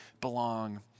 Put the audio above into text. belong